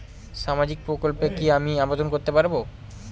সামাজিক প্রকল্পে কি আমি আবেদন করতে পারবো?